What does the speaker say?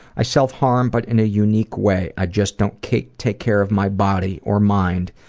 i self harm but in a unique way. i just don't take take care of my body or mind,